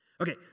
Okay